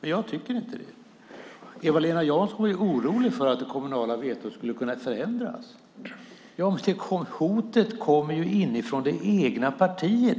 Jag tycker inte det. Eva-Lena Jansson är orolig för att det kommunala vetot kan förändras. Men hotet kommer inifrån det egna partiet.